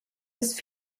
des